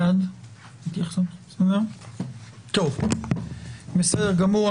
בסדר גמור.